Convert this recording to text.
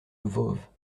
voves